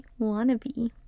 Wannabe